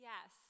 Yes